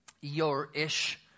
your-ish